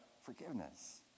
Forgiveness